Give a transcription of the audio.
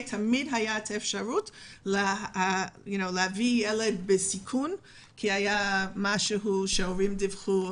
תמיד הייתה אפשרות להביא ילד בסיכון כשהיה דיווח מצד ההורים.